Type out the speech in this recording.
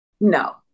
No